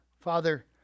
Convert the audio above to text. Father